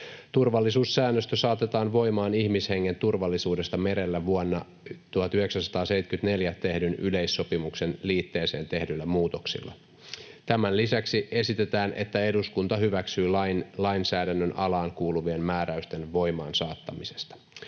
Turvallisuussäännöstö saatetaan voimaan ihmishengen turvallisuudesta merellä vuonna 1974 tehdyn yleissopimuksen liitteeseen tehdyillä muutoksilla. Tämän lisäksi esitetään, että eduskunta hyväksyy lain lainsäädännön alaan kuuluvien määräysten voimaansaattamisesta.